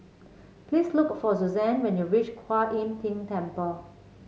please look for Susanne when you reach Kuan Im Tng Temple